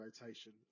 rotation